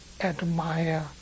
admire